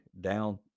down